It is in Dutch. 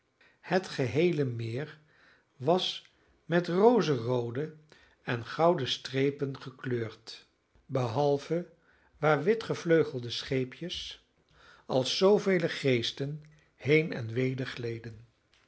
het geheele meer was met rozeroode en gouden strepen gekleurd behalve waar witgevleugelde scheepjes als zoovele geesten heen en weder gleden